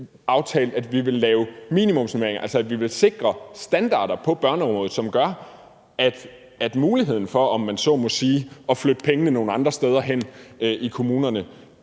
at vi vil lave minimumsnormeringer, altså at vi vil sikre standarder på børneområdet, som gør, at muligheden for, om man så må sige, at flytte pengene nogle andre steder hen i kommunerne,